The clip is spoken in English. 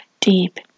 deep